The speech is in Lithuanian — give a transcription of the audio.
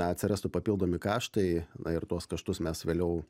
atsirastų papildomi kaštai na ir tuos kaštus mes vėliau